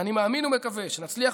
ואני מאמין ומקווה שנצליח,